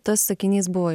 tas sakinys buvo